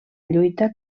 lluita